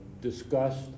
discussed